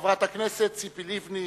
חברת הכנסת ציפי לבני,